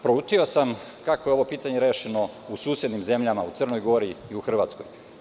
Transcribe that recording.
Proučio sam kako je ovo pitanje rešeno u susednim zemljama – u Crnoj Gori i u Hrvatskoj.